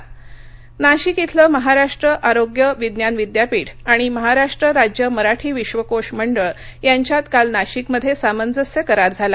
नाशिक नाशिक इथलं महाराष्ट्र आरोग्य विज्ञान विद्यापीठ आणि महाराष्ट्र राज्य मराठी विश्वकोश मंडळ यांच्यात काल नाशिकमध्ये सामंजस्य करार झाला